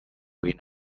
green